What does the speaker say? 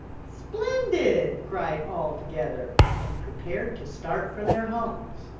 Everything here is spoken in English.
splendid, cried all together and prepared to start for their homes.